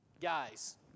guys